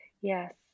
Yes